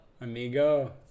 Amigo